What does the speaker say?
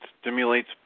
stimulates